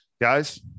Guys